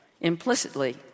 Implicitly